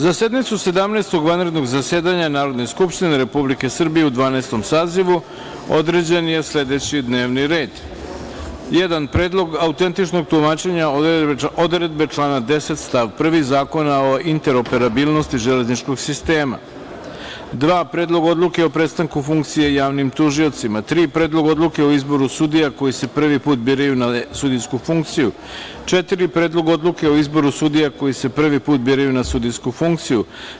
Za sednicu Sedamnaestog vanrednog zasedanja Narodne skupštine Republike Srbije u Dvanaestom sazivu određen je sledeći D n e v n i r e d: 1. Predlog autentičnog tumačenja odredbe člana 10. stav 1. Zakona o interoperabilnosti železničkog sistema; 2. Predlog odluke o prestanku funkcije javnim tužiocima; 3. Predlog odluke o izboru sudija koji se prvi put biraju na sudijsku funkciju; 4. Predlog odluke o izboru sudija koji se prvi put biraju na sudijsku funkciju;